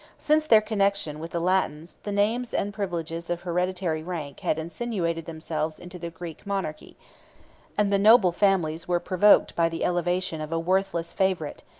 since their connection with the latins, the names and privileges of hereditary rank had insinuated themselves into the greek monarchy and the noble families were provoked by the elevation of a worthless favorite,